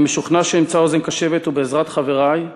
אני משוכנע שאמצא אוזן קשבת, ובעזרת חברי,